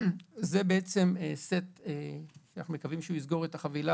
זה סט שאנחנו מקווים שיסגור את החבילה,